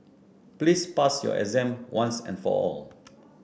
please pass your exam once and for all